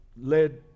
led